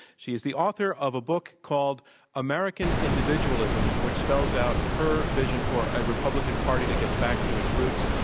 she is the author of a book called american individualism, which spells out her vision for a republican party that gets back to its roots.